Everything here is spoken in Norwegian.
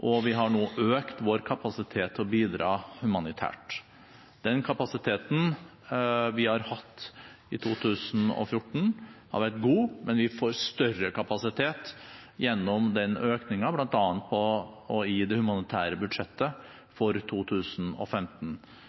og vi har nå økt vår kapasitet til å bidra humanitært. Den kapasiteten vi har hatt i 2014, har vært god, men vi får større kapasitet gjennom økningen bl.a. i det humanitære budsjettet for 2015.